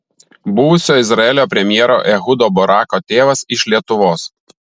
buvusio izraelio premjero ehudo barako tėvas iš lietuvos